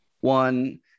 one